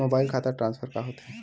Mobile खाता transfer का होथे?